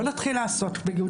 לא נתחיל לעשות ב-י',